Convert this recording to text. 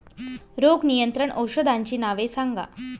रोग नियंत्रण औषधांची नावे सांगा?